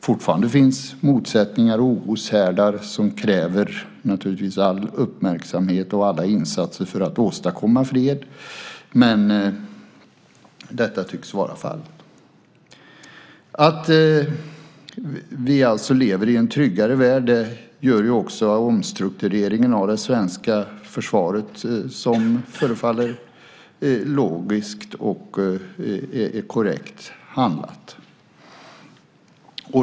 Fortfarande finns motsättningar och oroshärdar som kräver all uppmärksamhet och alla insatser för att åstadkomma fred, men detta tycks vara fallet. Vi lever i en tryggare värld. Det gör att omstruktureringen av det svenska försvaret förefaller logiskt och korrekt handlat.